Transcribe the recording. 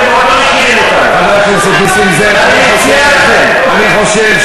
אתם מסתכלים עלינו, אתם מסתכלים עלינו כסוג ב'